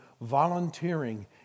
volunteering